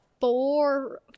four